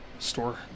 Store